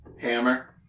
hammer